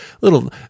little